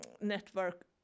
network